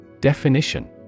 Definition